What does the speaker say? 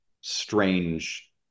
strange